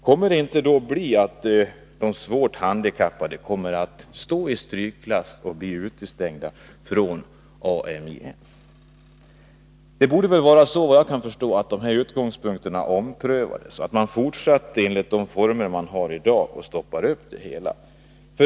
Kommer inte de svårt handikappade att hamna i strykklass och bli utestängda från Ami-S? Det borde väl vara så, att dessa utgångspunkter omprövades och att man fortsatte enligt de former som gäller i dag.